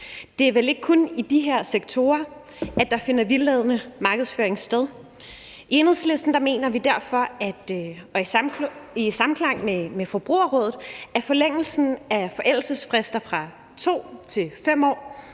Det er vel ikke kun i de her sektorer, at der finder vildledende markedsføring sted. I Enhedslisten mener vi derfor i samklang med Forbrugerrådet, at forlængelsen af forældelsesfrister fra 2 til 5 år